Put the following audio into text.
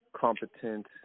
competent